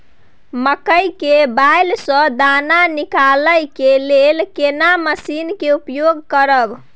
मकई के बाईल स दाना निकालय के लेल केना मसीन के उपयोग करू?